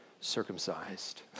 circumcised